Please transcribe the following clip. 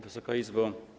Wysoka Izbo!